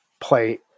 play